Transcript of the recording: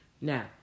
Now